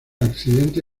accidente